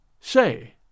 Say